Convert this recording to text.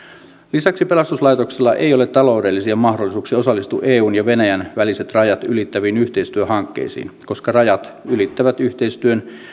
lisäksi pelastuslaitoksella ei ole taloudellisia mahdollisuuksia osallistua eun ja venäjän väliset rajat ylittäviin yhteistyöhankkeisiin koska rajat ylittävät yhteistyön